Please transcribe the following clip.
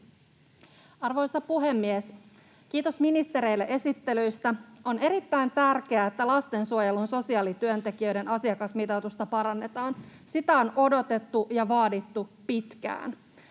Arvoisa puhemies! Kiitos ministereille esittelyistä. On erittäin tärkeää, että lastensuojelun sosiaalityöntekijöiden asiakasmitoitusta parannetaan. Sitä on odotettu ja vaadittu pitkään.